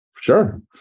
Sure